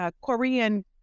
Korean